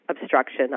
obstruction